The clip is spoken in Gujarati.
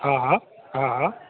હા હા હા હા